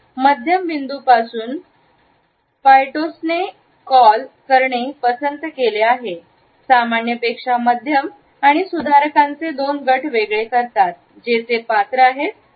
मध्यम बिंदूपासून पोयटोसने कॉल करणे पसंत केले आहे सामान्यपेक्षा मध्यम आणि सुधारकांचे दोन गट वेगळे करतात जे ते पात्र आहेत आणि